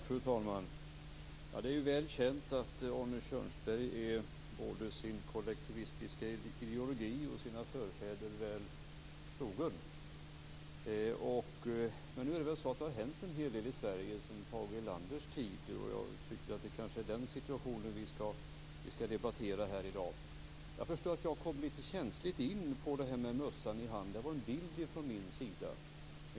Fru talman! Det är väl känt att Arne Kjörnsberg är både sin kollektivistiska ideologi och sina förfäder väl trogen. Men nu är det så att det har hänt en hel del i Sverige sedan Tage Erlanders tid. Jag tycker att det är den nuvarande situationen som vi skall debattera här i dag. Jag förstår att jag kom litet känsligt in på det här med mössan i hand. Det var en bild från min sida.